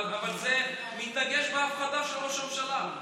אבל זה מתנגש בהפחדה של ראש הממשלה.